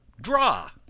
Draw